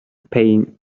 pay